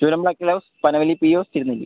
ചുരം ബക്ക്ലോ Panavalli P O Thirunelli